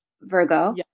Virgo